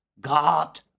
God